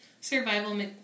survival